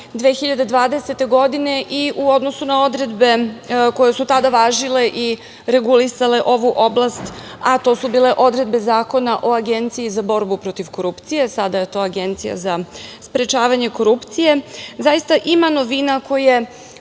2020. godine i u odnosu na odredbe koje su tada važile i regulisale ovu oblast, a to su bile odredbe Zakona o Agenciji za borbu protiv korupcije, sada je to Agencija za sprečavanje korupcije, zaista ima novina koje